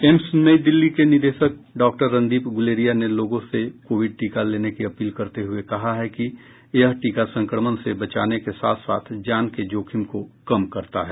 AIIMS New Delhi के निदेशक doctor Randeep Guleria ने लोगों से कोविड टीका लेने की अपील करते हुये कहा है कि यह टीका संक्रमण से बचाने के साथ साथ जान के जोखिम को कम करता है